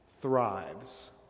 thrives